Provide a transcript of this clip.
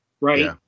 right